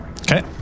Okay